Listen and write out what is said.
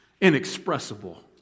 Inexpressible